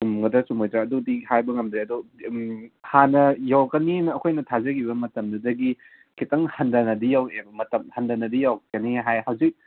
ꯆꯨꯝꯒꯗ꯭ꯔꯥ ꯆꯨꯝꯃꯣꯏꯗ꯭ꯔꯥ ꯑꯗꯨꯗꯤ ꯍꯥꯏꯕ ꯉꯝꯗ꯭ꯔꯦ ꯑꯗꯣ ꯍꯥꯟꯅ ꯌꯧꯔꯛꯀꯅꯦꯅ ꯑꯩꯈꯣꯏꯅ ꯊꯥꯖꯈꯤꯕ ꯃꯇꯝꯗꯨꯗꯒꯤ ꯈꯤꯇꯪ ꯍꯟꯗꯅꯗꯤ ꯌꯧꯔꯛꯑꯦꯕ ꯃꯇꯝ ꯍꯟꯊꯅꯗꯤ ꯌꯧꯔꯛꯀꯅꯦ ꯍꯥꯏ ꯍꯧꯖꯤꯛ